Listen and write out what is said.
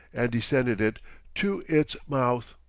and descended it to its mouth.